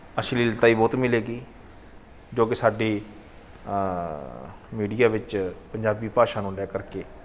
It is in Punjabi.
ਅਸ਼ਲੀਲਤਾ ਵੀ ਬਹੁਤ ਮਿਲੇਗੀ ਜੋ ਕਿ ਸਾਡੀ ਮੀਡੀਆ ਵਿੱਚ ਪੰਜਾਬੀ ਭਾਸ਼ਾ ਨੂੰ ਲੈ ਕਰਕੇ